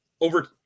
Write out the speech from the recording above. over